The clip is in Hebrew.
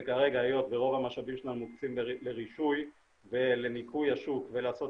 וכרגע היות שרוב המשאבים שלנו מוקצים לרישוי ולמיפוי השוק ולעשות